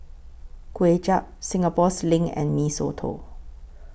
Kway Chap Singapore Sling and Mee Soto